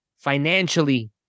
financially